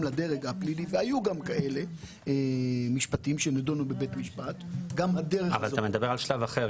היו גם מקרים כאלה שנידונו בבית משפט --- אבל אתה מדבר על שלב אחר,